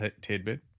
tidbit